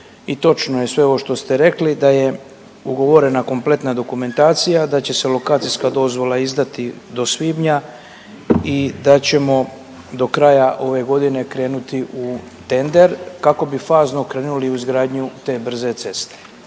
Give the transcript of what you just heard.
I točno je sve ovo što ste rekli, da je ugovorena kompletna dokumentacija, da će se lokacijska dozvola izdati do svibnja i da ćemo do kraja ove godine krenuti u tender kako bi fazno krenuli u izgradnju te brze ceste.